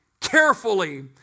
carefully